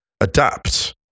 adapt